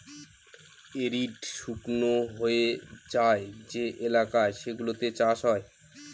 arid শুকনো হয়ে যায় যে এলাকা সেগুলোতে চাষ হয়